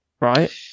right